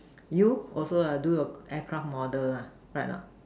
you also lah do your aircraft model lah right or not